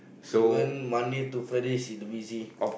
even Monday to Friday it's busy